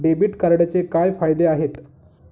Debit कार्डचे काय फायदे आहेत?